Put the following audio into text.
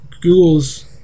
Google's